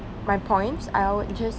my points I'll just